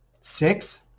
six